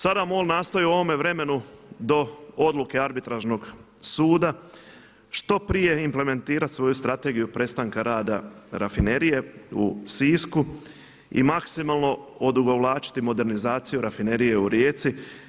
Sada MOL nastoji u ovome vremenu do odluke Arbitražnog suda što prije implementirati svoju strategiju prestanka rada Rafinerije u Sisku i maksimalno odugovlačiti modernizaciju Rafinerije u Rijeci.